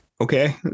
okay